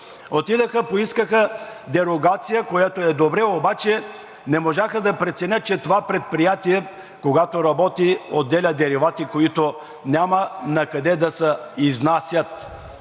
Отидоха и поискаха дерогация, което е добре, обаче не можаха да преценят, че това предприятие, когато работи, отделя деривати, които няма накъде да се изнасят.